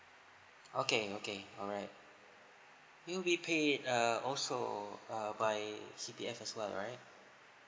okay okay alright we'll be pay it uh also uh by C_P_F as well right